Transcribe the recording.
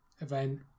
event